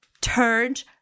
turned